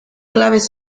claves